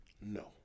No